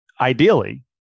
ideally